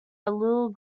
little